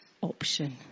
option